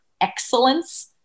excellence